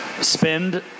spend